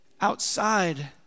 outside